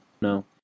no